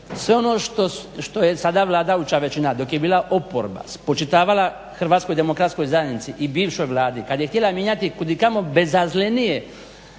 sve ono što je sada vladajuća većina dok je bila oporba spočitavala HDZ-u i bivšoj vladi kada je htjela mijenjati kudikamo bezazlenija